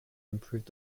improved